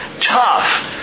Tough